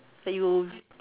that you